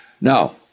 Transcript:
Now